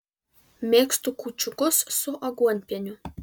mėgstu kūčiukus su aguonpieniu